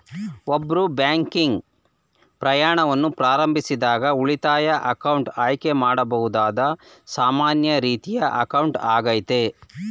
ಒಬ್ರು ಬ್ಯಾಂಕಿಂಗ್ ಪ್ರಯಾಣವನ್ನ ಪ್ರಾರಂಭಿಸಿದಾಗ ಉಳಿತಾಯ ಅಕೌಂಟ್ ಆಯ್ಕೆ ಮಾಡಬಹುದಾದ ಸಾಮಾನ್ಯ ರೀತಿಯ ಅಕೌಂಟ್ ಆಗೈತೆ